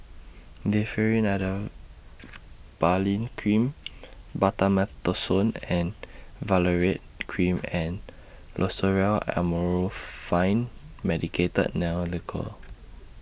Differin Adapalene Cream Betamethasone Valerate Cream and Loceryl Amorolfine Medicated Nail Lacquer